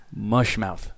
Mushmouth